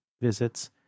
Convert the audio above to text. visits